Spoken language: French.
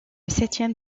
septième